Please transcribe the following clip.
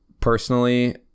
personally